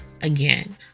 again